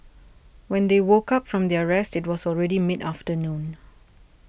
when they woke up from their rest it was already mid afternoon